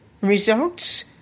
Results